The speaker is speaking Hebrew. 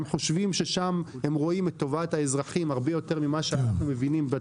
הם רואים את טובת האזרחים הרבה יותר ממה שאנחנו מבינים.